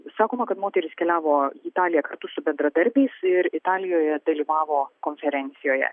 sakoma kad moteris keliavo į italiją kartu su bendradarbiais ir italijoje dalyvavo konferencijoje